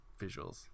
visuals